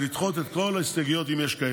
ולדחות את כל ההסתייגויות, אם יש כאלה.